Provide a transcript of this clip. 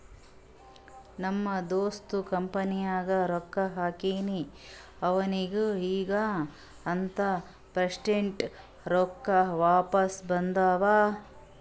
ನಮ್ ದೋಸ್ತ್ ಕಂಪನಿನಾಗ್ ರೊಕ್ಕಾ ಹಾಕ್ಯಾನ್ ಅವ್ನಿಗ ಈಗ್ ಹತ್ತ ಪರ್ಸೆಂಟ್ ರೊಕ್ಕಾ ವಾಪಿಸ್ ಬಂದಾವ್